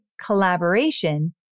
collaboration